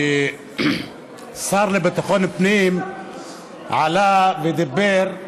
השר לביטחון פנים עלה ודיבר על